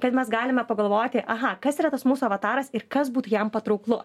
tad mes galime pagalvoti aha kas yra tas mūsų avataras ir kas būtų jam patrauklu